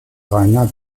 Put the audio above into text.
rainer